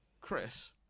Chris